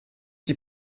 die